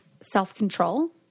self-control